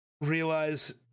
realize